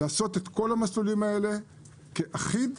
ולעשות את כל המסלולים האלה אחידים.